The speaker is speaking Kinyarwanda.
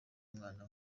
umwana